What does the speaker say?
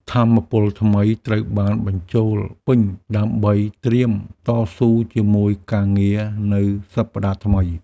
ថាមពលថ្មីត្រូវបានបញ្ចូលពេញដើម្បីត្រៀមតស៊ូជាមួយការងារនៅសប្តាហ៍ថ្មី។